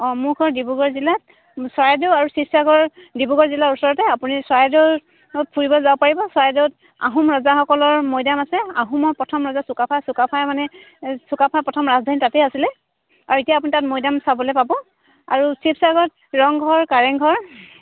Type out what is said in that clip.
অঁ মোৰ ঘৰ ডিব্ৰুগড় জিলাত চৰাইদেউ আৰু শিৱসাগৰ ডিব্ৰুগড় জিলাৰ ওচৰতে আপুনি চৰাইদেউ ফুৰিব যাব পাৰিব চৰাইদেউত আহোম ৰজাসকলৰ মৈদাম আছে আহোমৰ প্ৰথম ৰজা চুকাফা চুকাফাই মানে এই চুকাফাই প্ৰথম ৰাজধানী তাতেই আছিলে আৰু এতিয়া আপুনি তাত মৈদাম চাবলৈ পাব আৰু শিৱসাগত ৰংঘৰ কাৰেংঘৰ